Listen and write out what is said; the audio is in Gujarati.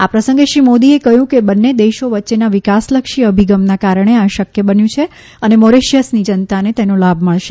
આ પ્રસંગે શ્રી મોદીએ કહ્યું કે બંને દેશો વચ્ચેના વિકાસલક્ષી અભિગમના કારણે આ શક્ય બન્યું છે અને મોરિશિયસની જનતાને તેનો લાભ મળશે